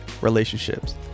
relationships